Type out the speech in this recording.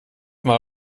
mal